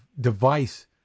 device